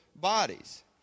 bodies